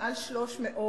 מעל 300,